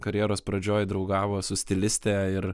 karjeros pradžioj draugavo su stiliste ir